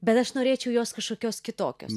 bet aš norėčiau jos kažkokios kitokios